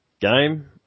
game